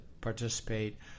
participate